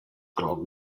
color